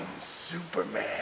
Superman